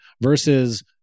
versus